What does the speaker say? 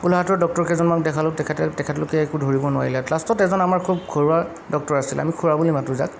গোলঘাটৰ doctor কেইজনমানক দেখালোঁ তেখেতে তেখেতলোকে একো ধৰিব নোৱাৰিলে লাষ্টত এজন আমাৰ খুব ঘৰুৱা ডক্টৰ আছিলে আমি খুৰা বুলি মাতো যাক